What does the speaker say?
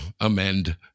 amend